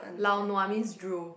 lao nua means drool